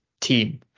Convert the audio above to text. team